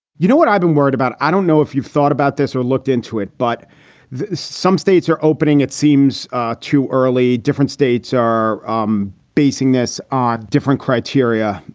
you know what i've been worried about. i don't know if you've thought about this or looked into it, but some states are opening, it seems to early. different states are um basing this on different criteria.